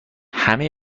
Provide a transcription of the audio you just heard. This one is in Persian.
همه